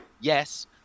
Yes